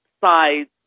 sides